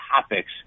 topics